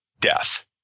death